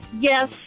Yes